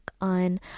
on